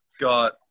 Got